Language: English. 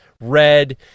red